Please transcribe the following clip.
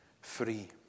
free